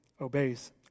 obeys